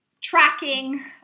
tracking